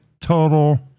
total